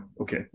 okay